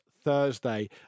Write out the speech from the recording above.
Thursday